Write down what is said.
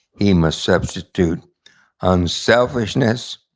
he must substitute unselfishness,